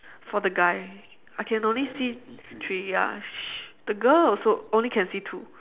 for the guy I can only see three ya sh~ the girl also only can see two